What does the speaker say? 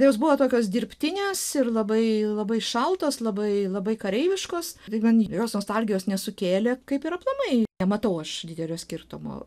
tai jos buvo tokios dirbtinės ir labai labai šaltos labai labai kareiviškos tai man jos nostalgijos nesukėlė kaip ir aplamai nematau aš didelio skirtumo